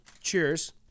cheers